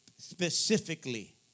specifically